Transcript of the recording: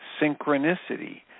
synchronicity